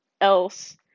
else